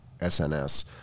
SNS